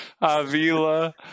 Avila